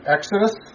Exodus